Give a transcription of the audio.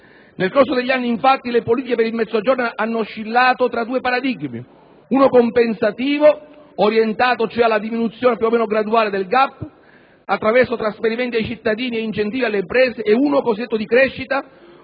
Nel corso degli anni, infatti, le politiche per il Mezzogiorno hanno oscillato tra due paradigmi, uno compensativo, orientato cioè alla diminuzione più o meno graduale del *gap,* attraverso trasferimenti ai cittadini e incentivi alle imprese, e uno cosiddetto di crescita,